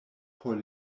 por